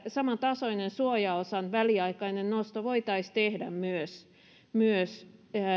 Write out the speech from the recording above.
samantasoinen suojaosan väliaikainen nosto voitaisiin tehdä myös myös